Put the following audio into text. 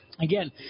Again